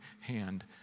hand